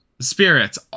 Spirits